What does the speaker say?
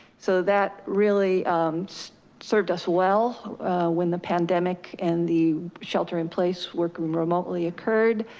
so that really served us well when the pandemic and the shelter in place working remotely occurred,